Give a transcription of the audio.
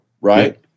Right